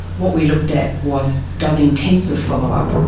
what we looked at was does intensive follow-up,